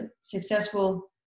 successful